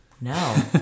No